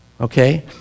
okay